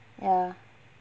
ya